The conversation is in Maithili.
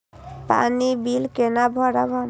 पानी बील केना भरब हम?